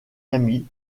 amis